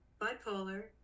bipolar